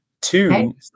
Two